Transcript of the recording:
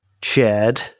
Chad